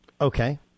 Okay